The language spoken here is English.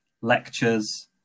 lectures